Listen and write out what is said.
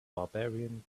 barbarian